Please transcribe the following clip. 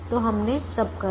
तो हमने सब कर दिया